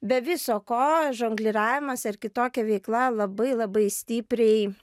be viso ko žongliravimas ar kitokia veikla labai labai stipriai